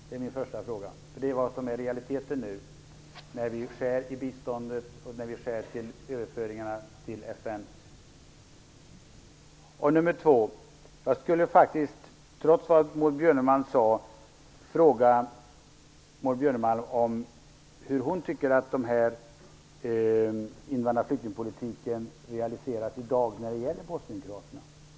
Det är vad som är realiteten när vi nu skär i biståndet och i överföringarna till För det andra vill jag, trots vad Maud Björnemalm sade, fråga hur hon tycker att invandrar och flyktingpolitiken realiseras i dag när det gäller bosnienkroaterna.